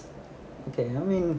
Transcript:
okay I mean